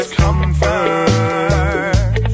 comfort